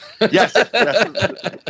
Yes